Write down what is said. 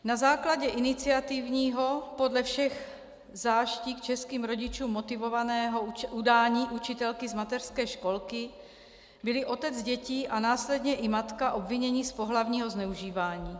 Na základě iniciativního, podle všech záští k českým rodičům motivovaného udání učitelky z mateřské školky byli otec dětí a následně i matka obviněni z pohlavního zneužívání.